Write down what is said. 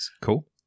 Cool